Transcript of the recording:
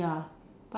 ya